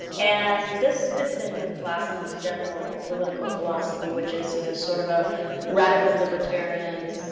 and this fits in with glassman's general political philosophy which is you know sort of a radical libertarian,